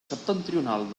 septentrional